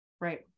Right